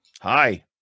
Hi